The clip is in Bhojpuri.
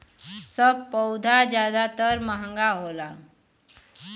सब पउधा जादातर महंगा होला